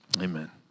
amen